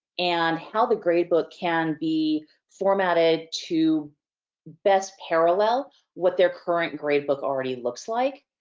and how the gradebook can be formatted to best parallel what their current gradebook already looks like.